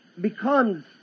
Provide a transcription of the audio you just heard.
becomes